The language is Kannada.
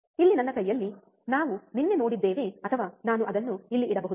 ಇಲ್ಲಿ ನನ್ನ ಕೈಯಲ್ಲಿ ನಾವು ನಿನ್ನೆ ನೋಡಿದ್ದೇವೆ ಅಥವಾ ನಾನು ಅದನ್ನು ಇಲ್ಲಿ ಇಡಬಹುದು